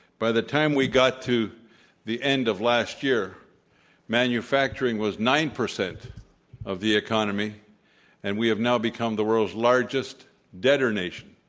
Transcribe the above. by the time we got to the end of last year manufacturing was nine percent of the economy and we have now become the world's largest debtor nation.